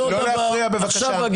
להפריע בבקשה.